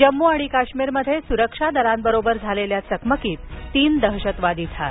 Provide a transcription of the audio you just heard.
जम्मू आणि काश्मीरमध्ये सुरक्षा दलांबरोबर झालेल्या चकमकीत तीन दहशतवादी ठार